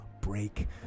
break